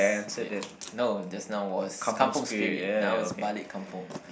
y~ no just now was kampung spirit now is balik kampung